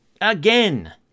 again